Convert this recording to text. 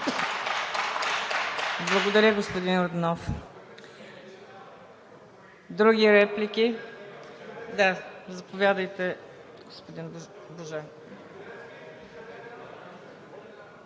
Благодаря, господин Йорданов. Други реплики? Заповядайте, господин Божанков.